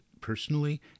personally